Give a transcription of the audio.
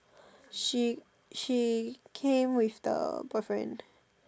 she she came with the boyfriend